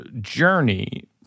journey